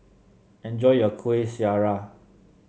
enjoy your Kueh Syara